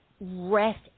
rest